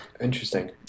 Interesting